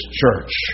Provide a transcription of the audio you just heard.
church